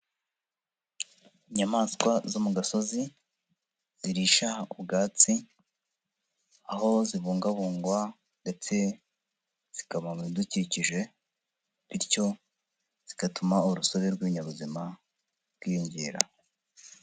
Inyamaswa zo mu gasozi zirisha ubwatsi, aho zibungabungwa ndetse zikaba mu bidukikije, bityo zigatuma urusobe rw'ibinyabuzima rwiyongera.